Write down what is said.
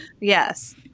Yes